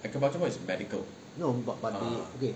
no but but they okay